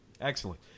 Excellent